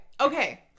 Okay